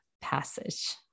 passage